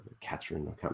catherine